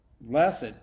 Blessed